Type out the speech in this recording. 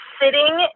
sitting